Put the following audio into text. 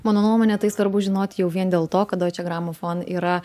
mano nuomone tai svarbu žinot jau vien dėl to kad doičė gramofon yra